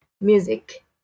music